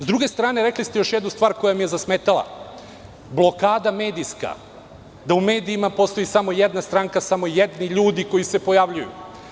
S druge strane, rekli ste još jednu stvar koja mi je zasmetala – blokada medijska, da u medijima postoji samo jedna stranka, samo jedni ljudi koji se pojavljuju.